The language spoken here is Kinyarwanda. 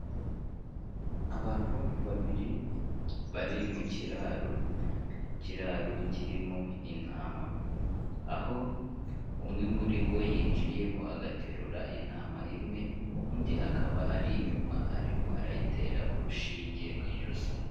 Abantu babiri bari mu kiraro; ikirararo kirimo intama, aho umwe muri bo yinjiyemo agaterura intama imwe, undi akaba ari inyuma, arimo arayitera urushinge mu ijosi.